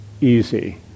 Easy